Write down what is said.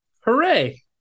Hooray